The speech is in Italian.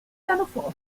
pianoforte